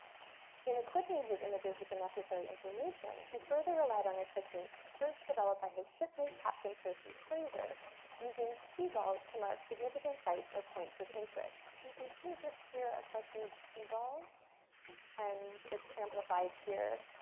in equipping his images with the necessary information, he further relied on a technique first developed by his shipmate captain percy fraser using seagulls to mark significant sights or points of interest, so you can see just here a cluster of seagulls and it's amplified here,